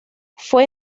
fue